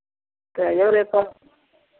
तऽ जेबै तऽ